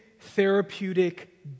therapeutic